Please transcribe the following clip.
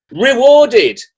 rewarded